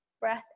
breath